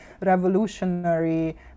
revolutionary